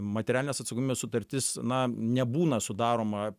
materialinės atsakomybės sutartis na nebūna sudaroma